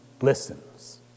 listens